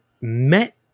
met